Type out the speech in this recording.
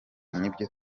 nibyo